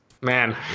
Man